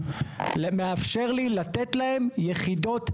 מאפשר לי לתת להם יחידות נפרדות.